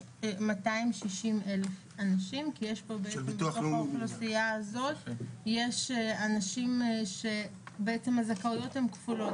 כ-260,000 אנשים כי יש פה בתוך האוכלוסייה הזאת אנשים עם זכויות כפולות.